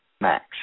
max